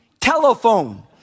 telephone